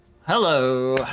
Hello